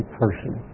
person